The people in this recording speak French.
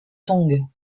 tong